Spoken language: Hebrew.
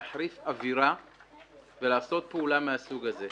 להחריף אווירה ולעשות פעולה מן הסוג הזה.